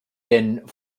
denn